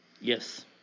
Yes